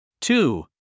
Two